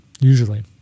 usually